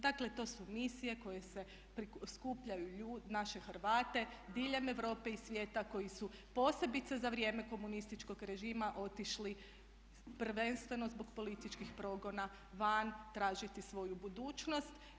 Dakle, to su misije koje skupljaju naše Hrvate diljem Europe i svijeta koji su posebice za vrijeme komunističkog režima otišli prvenstveno zbog političkih progona van tražiti svoju budućnost.